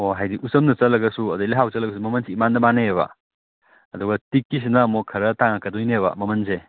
ꯑꯣ ꯍꯥꯏꯗꯤ ꯎꯆꯝꯅ ꯆꯜꯂꯒꯁꯨ ꯑꯗꯩ ꯂꯩꯍꯥꯎꯅ ꯆꯜꯂꯒꯁꯨ ꯃꯃꯟꯁꯤ ꯏꯃꯥꯟꯗ ꯃꯥꯟꯅꯩꯕ ꯑꯗꯨꯒ ꯇꯤꯛꯀꯤꯁꯤꯅ ꯑꯃꯨꯛ ꯈꯔ ꯇꯥꯡꯉꯛꯀꯗꯣꯏꯅꯦꯕ ꯃꯃꯟꯁꯦ